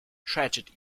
tragedy